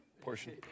portion